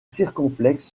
circonflexe